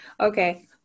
okay